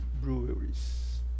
breweries